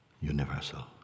universal